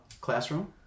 classroom